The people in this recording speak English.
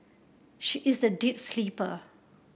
she is a deep sleeper